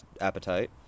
appetite